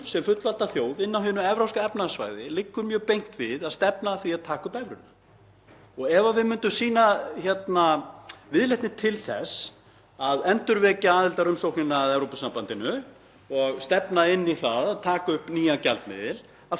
að endurvekja aðildarumsóknina að Evrópusambandinu og stefna á það að taka upp nýjan gjaldmiðil þá myndum við mjög fljótt finna áhrifin af því á okkar gjaldmiðil. Við myndum fljótlega festa hann við evruna og við myndum þar af leiðandi losna út úr þessu